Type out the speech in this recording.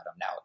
now